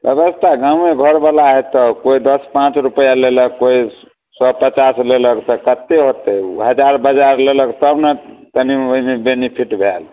बेबस्था गामेघरवला हइ तऽ कोइ दस पाँच रुपैआ लेलक कोइ सओ पचास लेलक तऽ कतेक हेतै ओ हजार बजार लेलक तब ने कनि ओहिमे बेनिफिट भेल